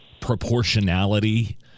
proportionality